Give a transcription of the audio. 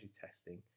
testing